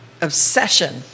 obsession